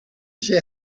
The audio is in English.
see